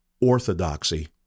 orthodoxy